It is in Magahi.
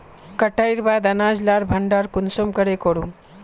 कटाईर बाद अनाज लार भण्डार कुंसम करे करूम?